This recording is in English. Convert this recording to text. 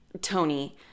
Tony